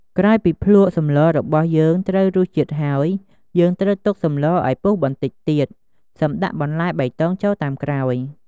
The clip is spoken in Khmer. ក្រោយពីភ្លក្សសម្លរបស់យើងត្រូវរសជាតិហើយ យើងត្រូវទុកសម្លឱ្យពុះបន្តិចទៀត សិមដាក់បន្លែបៃតងចូលតាមក្រោយ។